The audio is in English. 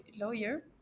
lawyer